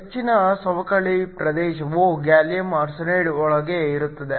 ಹೆಚ್ಚಿನ ಸವಕಳಿ ಪ್ರದೇಶವು ಗ್ಯಾಲಿಯಮ್ ಆರ್ಸೆನೈಡ್ ಒಳಗೆ ಇರುತ್ತದೆ